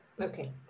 Okay